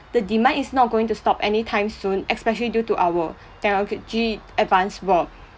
the demand is not going to stop anytime soon especially due to our technology advanced world